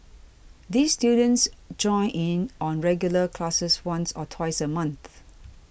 these students join in on regular classes once or twice a month